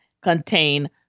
contain